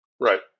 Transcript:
Right